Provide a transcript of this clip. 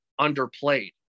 underplayed